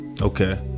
Okay